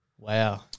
Wow